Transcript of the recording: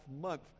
month